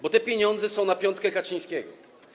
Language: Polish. Bo te pieniądze są na piątkę Kaczyńskiego.